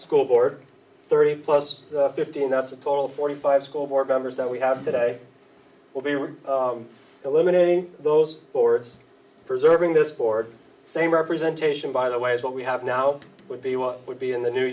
school board thirty plus fifteen that's a total of forty five school board members that we have today will be we're eliminating those boards preserving this board same representation by the way is what we have now would be what would be in the new